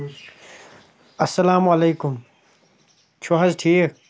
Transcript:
اَسلام وعلیکُم چھُو حظ ٹھیٖک